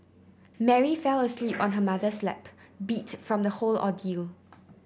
Mary fell asleep on her mother's lap beat from the whole ordeal